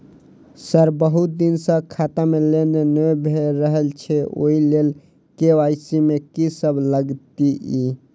Sir बहुत दिन सऽ खाता मे लेनदेन नै भऽ रहल छैय ओई लेल के.वाई.सी मे की सब लागति ई?